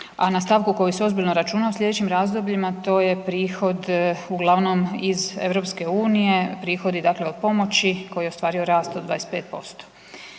a na stavku koji se ozbiljno računa u slijedećim razdobljima, to je prihod uglavnom iz EU-a, prihodi dakle od pomoći koji ostvaruju rast od 25%.